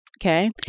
Okay